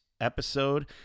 episode